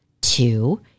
Two